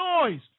noise